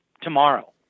tomorrow